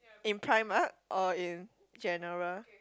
in primark or in general